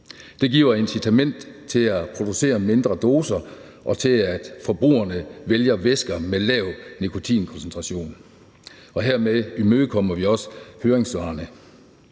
Det giver incitament til at producere mindre doser og til, at forbrugerne vælger væsker med lav nikotinkoncentration. Hermed imødekommer vi også bemærkningerne